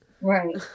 Right